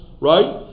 right